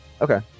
Okay